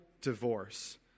divorce